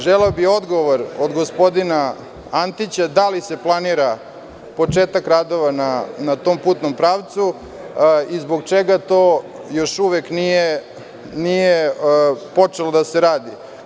Želeo bih odgovor od gospodina Antića, da li se planira početak radova na tom putnom pravcu i zbog čega to još uvek nije počelo da se radi?